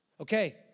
Okay